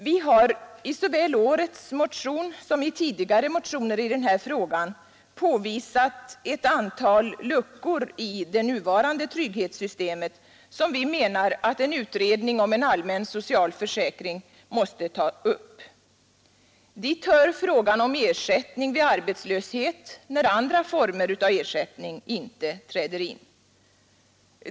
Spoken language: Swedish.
Vi har i såväl årets motion som i tidigare motioner i den här frågan påvisat ett antal luckor i det nuvarande trygghetssystemet som vi menar att en utredning om en allmän social försäkring måste ta upp. Dit hör frågan om ersättning vid arbetslöshet när andra former av ersättning inte träder in.